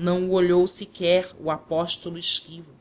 o olhou sequer o apóstolo esquivo